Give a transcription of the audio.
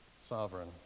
sovereign